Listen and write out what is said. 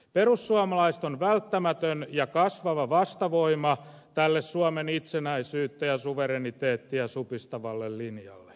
perussuomalaiset on välttämätön ja kasvava vastavoima tälle suomen itsenäisyyttä ja suvereniteettia supistavalle linjalle